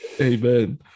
Amen